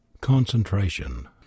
Concentration